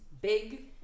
big